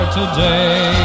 today